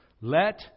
Let